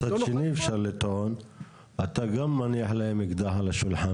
מצד שני אפשר לטעון שאתה גם מניח להם אקדח על השולחן